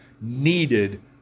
needed